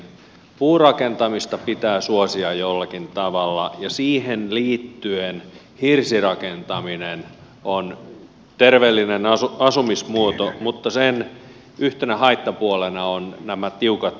puurakentamista pitää suosia jollakin tavalla ja siihen liittyen hirsirakentaminen on terveellinen asumismuoto mutta sen yhtenä haittapuolena ovat nämä tiukat energiamääräykset